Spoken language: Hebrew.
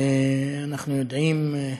אנחנו יודעים,